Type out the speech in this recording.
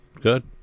Good